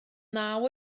naw